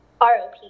ROP